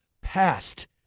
past